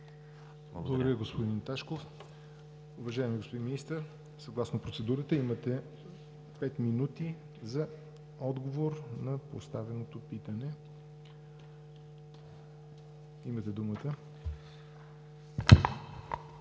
Благодаря, господин Ташков. Уважаеми господин Министър, съгласно процедурата имате пет минути за отговор на поставеното питане. Имате думата.